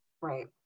right